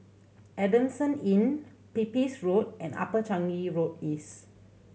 Adamson Inn Pepys Road and Upper Changi Road East